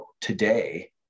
today